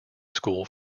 school